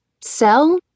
sell